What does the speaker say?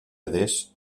adés